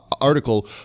article